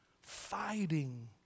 fighting